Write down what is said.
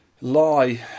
lie